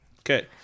Okay